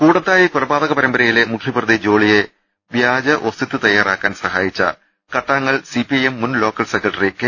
കുടത്തായി കൊല പാ തക പരമ്പരയിലെ മുഖ്യപ്രതി ജോളിയെ വ്യാജ ഒസ്യത്ത് തയ്യാറാക്കാൻ സഹാ യിച്ച Kattangal C P I M മുൻലോക്കൽ സെക്രട്ടറി കെ